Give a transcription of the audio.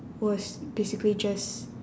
was basically just